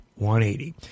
180